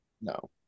No